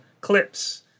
clips